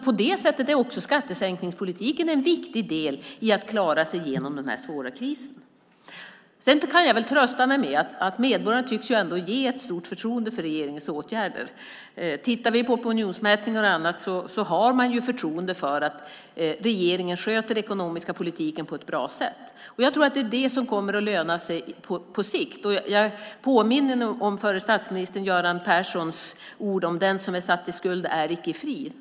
På det sättet är skattesänkningspolitiken en viktig del i att klara sig igenom den här svåra krisen. Jag kan väl trösta mig med att medborgarna tycks ge ett stort förtroende för regeringens åtgärder. Opinionsmätningarna visar att man har förtroende för att regeringen sköter den ekonomiska politiken på ett bra sätt. Jag tror att det är det som kommer att löna sig på sikt. Jag påminner mig om förra statsministern Göran Perssons ord om att den som är satt i skuld icke är fri.